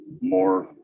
more